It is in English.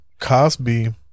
cosby